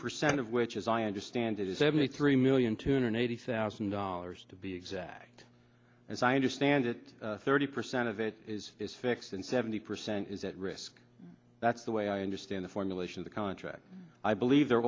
percent of which as i understand it is seventy three million two hundred eighty thousand dollars to be exact as i understand it thirty percent of it is is fixed and seventy percent is at risk that's the way i understand the formulation of the contract i believe there